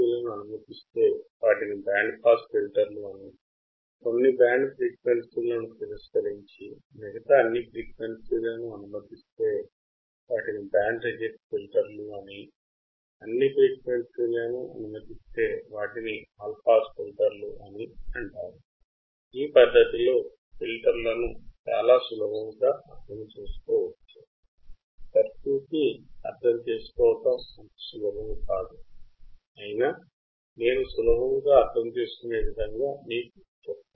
low pass ఫిల్టర్లను high cut ఫిల్టర్లు అని కూడా అంటారు